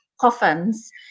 coffins